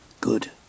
Good